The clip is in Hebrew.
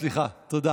בת שבע, סליחה.